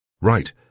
Right